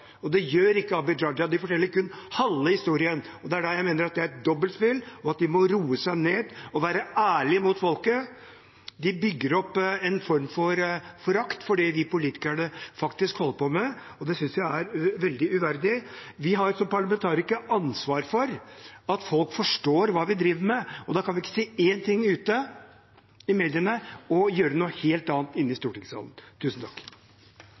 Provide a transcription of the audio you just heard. og det gjør ikke Abid Raja. De forteller kun halve historien. Det er da jeg mener at det er et dobbeltspill, og at de må roe seg ned og være ærlige mot folket. De bygger opp en form for forakt for det vi politikere faktisk holder på med. Det synes jeg er veldig uverdig. Vi som parlamentarikere har et ansvar for at folk forstår hva vi driver med. Da kan vi ikke si én ting ute i mediene og gjøre noe helt annet inne i